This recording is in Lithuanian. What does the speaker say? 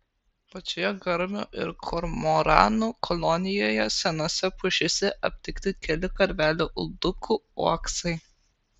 pačioje garnių ir kormoranų kolonijoje senose pušyse aptikti keli karvelių uldukų uoksai